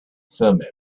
thummim